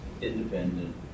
independent